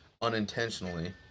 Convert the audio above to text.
unintentionally